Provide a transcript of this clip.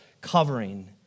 covering